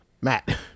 Matt